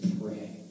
pray